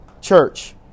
church